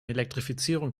elektrifizierung